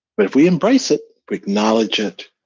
but if we embrace it, we acknowledge it,